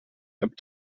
app